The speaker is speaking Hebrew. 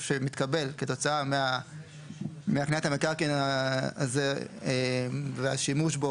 שמתקבל כתוצאה מהקניית המקרקעין הזה והשימוש בו,